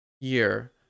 year